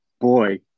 Boy